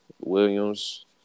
Williams